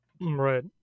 Right